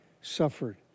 suffered